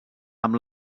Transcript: amb